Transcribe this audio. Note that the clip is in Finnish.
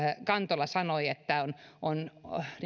kontula sanoi että on